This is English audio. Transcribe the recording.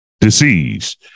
disease